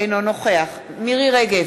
אינו נוכח מירי רגב,